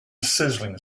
sizzling